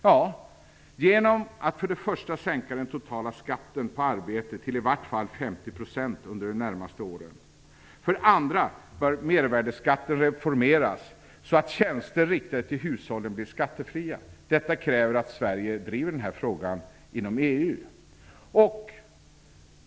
Jo, för det första genom att sänka den totala skatten till i vart fall 50 % under de närmaste åren. För det andra bör mervärdesskatten reformeras så att tjänster riktade till hushållen blir skattefria. Detta kräver att Sverige driver denna fråga inom EU.